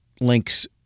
links